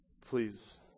Please